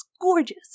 gorgeous